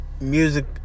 Music